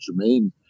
Jermaine